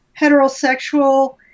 heterosexual